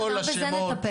גם בזה נטפל.